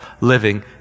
living